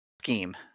scheme